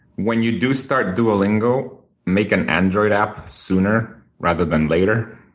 when you do start duolingo, make an android app sooner rather than later.